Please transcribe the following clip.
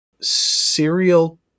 serial